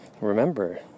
remember